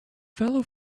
fellow